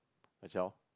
a child